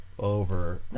Over